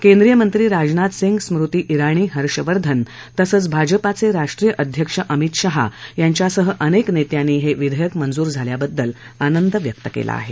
केंद्रीय मंत्री राजनाथ सिंग स्मृती जिणी हर्षवर्धन तसंच भाजपा अध्यक्ष अमित शहा यांच्यासह अनेक नेत्यांनी हे विधेयक मंजूर झाल्याबद्दल आनंद व्यक्त केला आहे